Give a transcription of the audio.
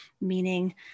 meaning